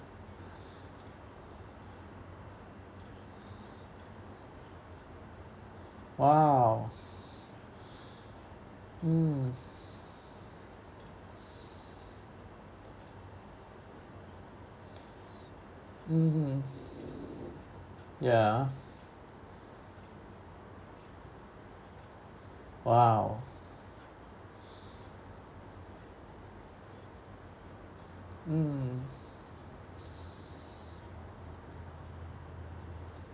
!wow! mm mmhmm ya !wow! mm